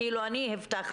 כאילו אני הבטחתי,